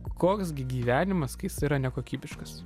koks gi gyvenimas kai jis yra nekokybiškas